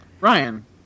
Ryan